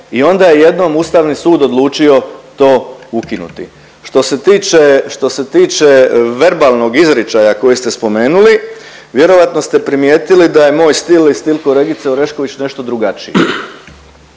i onda je jednom Ustavni sud odlučio to ukinuti. Što se tiče verbalnog izričaja koji ste spomenuli, vjerovatno ste primijetili da je moj stil i stil kolegice Orešković nešto drugačiji.